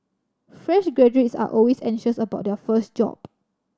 fresh graduates are always anxious about their first job